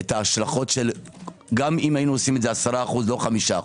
את ההשלכות, גם אם היינו עושים את זה 10% או 5%,